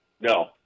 No